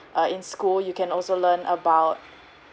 uh in school you can also learn about